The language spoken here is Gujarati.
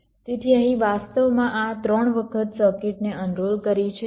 તેથી અહીં વાસ્તવમાં આ 3 વખત સર્કિટને અનરોલ કરી છે